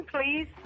please